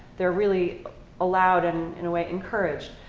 they're really allowed and in a way encouraged.